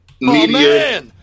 media –